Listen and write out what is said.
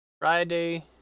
Friday